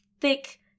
thick